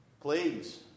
Please